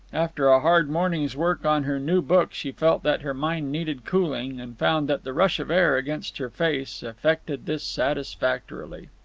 after a hard morning's work on her new book she felt that her mind needed cooling, and found that the rush of air against her face effected this satisfactorily.